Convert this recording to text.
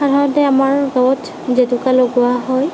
সাধাৰণতে আমাৰ ঘৰত জেতুকা লগোৱা হয়